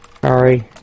Sorry